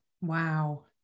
Wow